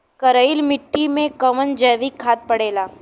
करइल मिट्टी में कवन जैविक खाद पड़ेला?